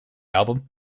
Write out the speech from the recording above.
album